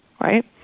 right